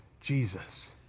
Jesus